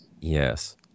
Yes